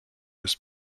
ist